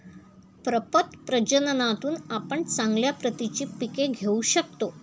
प्रपद प्रजननातून आपण चांगल्या प्रतीची पिके घेऊ शकतो